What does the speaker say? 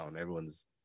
everyone's